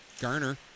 Garner